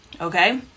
Okay